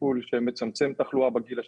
כטיפול שמצמצם תחלואה בגיל השלישי.